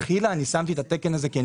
מלכתחילה אני שמתי את התקן הזה כי אני